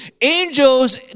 Angels